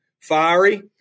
fiery